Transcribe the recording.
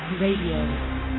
radio